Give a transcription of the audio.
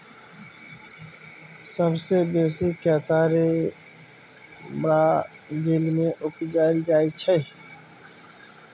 सबसँ बेसी केतारी ब्राजील मे उपजाएल जाइ छै